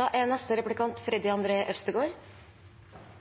Tros- og livssynspolitikken er